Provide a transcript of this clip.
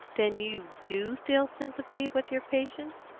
then you do feel sympathy with your patients?